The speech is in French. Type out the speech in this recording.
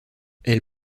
elle